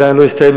שעדיין לא הסתיים,